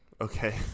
Okay